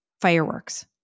fireworks